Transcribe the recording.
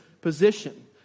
position